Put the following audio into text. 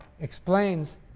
explains